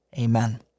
Amen